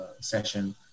session